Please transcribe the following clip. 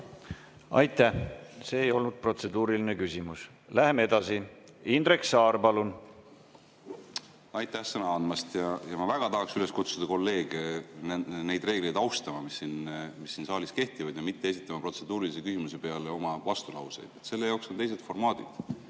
Aitäh! See ei olnud protseduuriline küsimus. Läheme edasi. Indrek Saar, palun! Aitäh sõna andmast! Ma väga tahaksin üles kutsuda kolleege neid reegleid austama, mis siin saalis kehtivad, ja mitte esitama protseduurilisi küsimusi peale oma vastulauseid. Selle jaoks on teised formaadid.